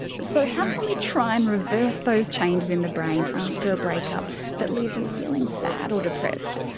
so how can we try and reverse those changes in the brain after a breakup that leaves you feeling sad or depressed?